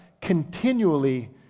continually